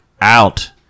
out